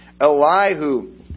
Elihu